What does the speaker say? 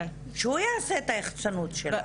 שהוא יעשה את היחצ"נות של העסק.